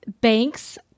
Banks